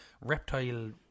reptile